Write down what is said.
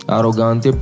Arrogant